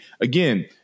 again